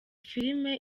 filime